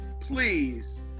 please